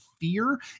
fear